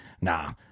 Nah